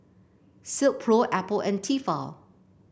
Silkpro Apple and Tefal